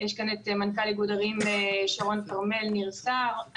יש כאן את מנכ"ל איגוד ערים שרון כרמל ניר סהר.